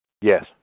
Yes